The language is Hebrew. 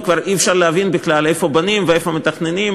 וכבר אי-אפשר להבין בכלל איפה בונים ואיפה מתכננים,